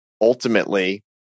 Ultimately